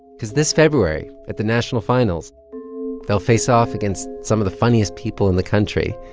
because this february at the national finals they'll face off against some of the funniest people in the country.